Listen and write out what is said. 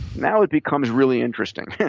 now it becomes really interesting. yeah